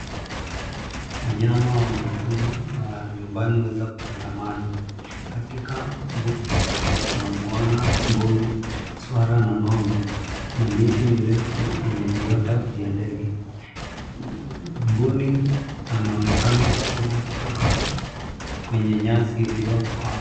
Wanyama wa mwituni, na wa nyumbani huweza kutangamana, katika mbunga hili, tunamuona mbuni, swara, na ng'ombe, na miti mirefu yenye viota vya ndege. Mbuni anaonekana kukula kutoka kwenye nyasi ilioko hapo.